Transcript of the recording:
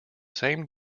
same